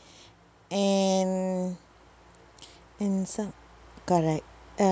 and and so~ correct uh